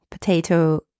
potato